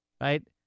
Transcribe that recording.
right